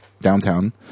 downtown